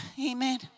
Amen